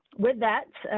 with that,